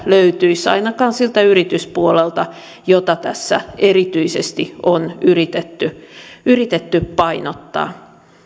löytyisi ainakaan siltä yrityspuolelta jota tässä erityisesti on yritetty yritetty painottaa